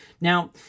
Now